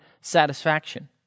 satisfaction